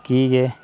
की जे